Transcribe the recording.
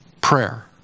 prayer